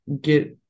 get